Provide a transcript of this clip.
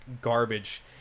garbage